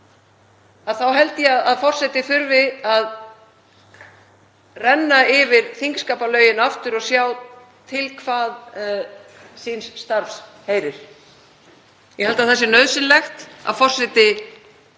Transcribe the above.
þá held ég að forseti þurfi að renna yfir þingskapalögin aftur og sjá hvað til síns starfs heyrir. Ég held að það sé nauðsynlegt að forseti taki